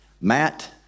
Matt